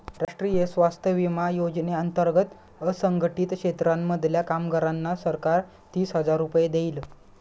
राष्ट्रीय स्वास्थ्य विमा योजने अंतर्गत असंघटित क्षेत्रांमधल्या कामगारांना सरकार तीस हजार रुपये देईल